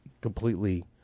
completely